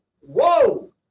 whoa